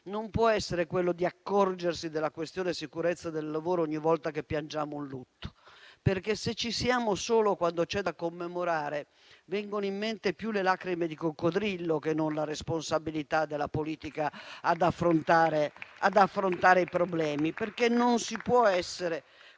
non può essere quello di accorgersi della questione sicurezza sul lavoro ogni volta che piangiamo un lutto, perché se ci siamo solo quando c'è da commemorare vengono in mente più le lacrime di coccodrillo che non la responsabilità della politica ad affrontare i problemi. Non si può essere